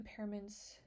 impairments